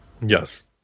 Yes